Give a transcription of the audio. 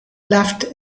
laughed